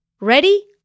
Ready